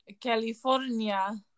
California